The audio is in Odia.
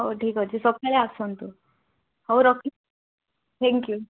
ହଉ ଠିକ୍ ଅଛି ସକାଳେ ଆସନ୍ତୁ ହଉ ରଖୁଛି ଥ୍ୟାଙ୍କ୍ ୟୁ